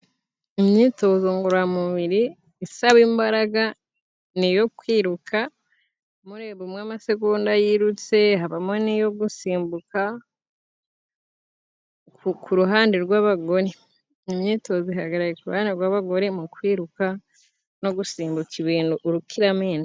Imyitozo ngororamubiri isaba imbaraga niyo kwiruka, murimwe amasegonda yirutse habamo n'iyo gusimbuka, ku ruhande rw'abagore, imyitozo iha kuruhande rw'abagore mu kwiruka no gusimbuka ibintu urukiramende.